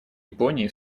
японии